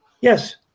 Yes